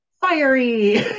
fiery